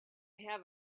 have